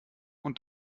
und